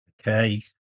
Okay